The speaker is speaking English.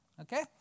Okay